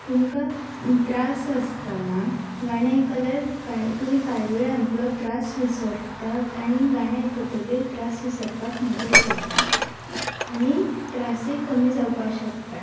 तुमकां त्रास आसतना गाणें आयकल्यार काय तुमी काय वेळा आपलो त्रास विसरतात आनी गाणें आयकतगीर त्रास विसरपाक मदत जाता आनी त्रासय कमी जावपाक शकतां